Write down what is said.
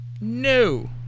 No